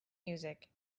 music